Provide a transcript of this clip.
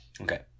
Okay